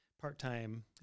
part-time